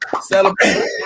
Celebrate